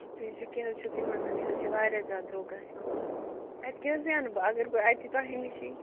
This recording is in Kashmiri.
تُہۍ وُچھِو کیٛاہ حظ چھِو تُہۍ وَنان یہِ حظ چھُ واریاہ زیادٕ درٛۅگ گژھان اَتہِ کیٛاہ حظ زینہٕ بہٕ اَگر بہٕ اَتہِ تۄہہِ نِشٕے